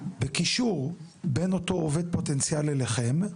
בקישור בין אותו עובד פוטנציאלי אליכם.